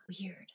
weird